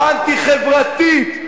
האנטי-חברתית,